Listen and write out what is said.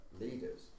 leaders